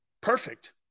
Perfect